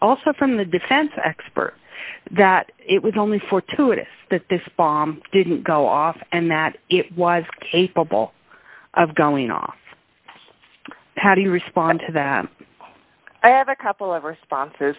also from the defense experts that it was only fortuitous that this bomb didn't go off and that it was capable of going off how do you respond to that i have a couple of responses